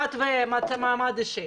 דת ומעמד אישי,